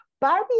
Barbie